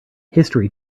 history